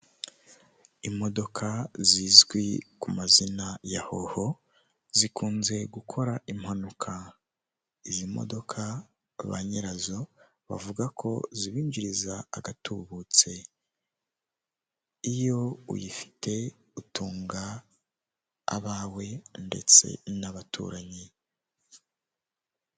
Imodoka zizwi ku mazina ya howo zikunze gukora impanuka, izi modoka ba nyirazo bavuga ko zibinjiriza agatubutse, iyo uyifite utunga abawe ndetse n'abaturanyi.